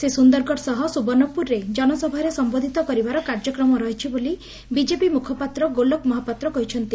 ସେ ସୁନ୍ଦରଗଡ଼ ସହ ସୁବର୍ଷ୍ୟପୁରରେ ଜନସଭାରେ ସମ୍ଧୋଧ୍ତ କରିବାର କାର୍ଯ୍ୟକ୍ରମ ରହିଛି ବୋଲି ବିଜେପି ମୁଖପାତ୍ର ଗୋଲକ ମହାପାତ୍ର କହିଛନ୍ତି